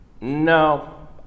No